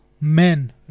men